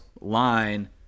line